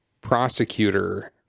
prosecutor